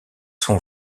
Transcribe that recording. son